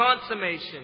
consummation